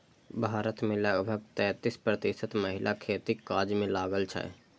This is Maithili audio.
भारत मे लगभग तैंतीस प्रतिशत महिला खेतीक काज मे लागल छै